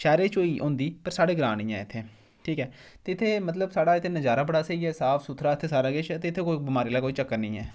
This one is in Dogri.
शैह्रें च होई होंदी पर साढ़ै ग्रांंऽ नी ऐ इत्थै ठीक ऐ ते इत्थें मतलब साढ़ा इत्थें नजारा बड़ा स्हेई ऐ साफ सुथरा इत्थें सारा किश ते इत्थें कोई बमारी आह्ला कोई चक्कर नी ऐ